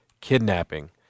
kidnapping